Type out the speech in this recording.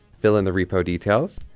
fill in the repo details,